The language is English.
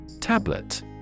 Tablet